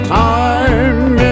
time